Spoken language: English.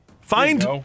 Find